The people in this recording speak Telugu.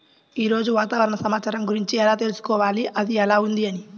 ఈరోజు వాతావరణ సమాచారం గురించి ఎలా తెలుసుకోవాలి అది ఎలా ఉంది అని?